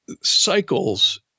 cycles